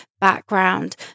background